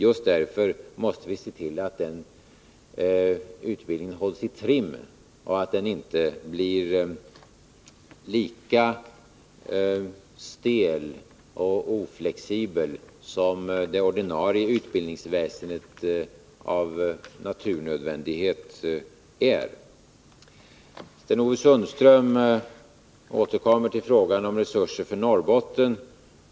Just därför måste vi se till att den utbildningen hålls i trim och att den inte blir lika stel och oflexibel som det ordinarie utbildningsväsendet med naturnödvändighet är. Sten-Ove Sundström återkom till frågan om resurser för Norrbotten.